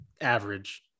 average